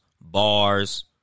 bars